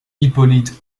hippolyte